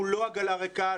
אנחנו לא עגלה ריקה,